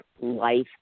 life